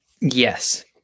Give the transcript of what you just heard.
Yes